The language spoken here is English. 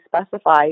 specify